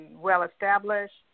well-established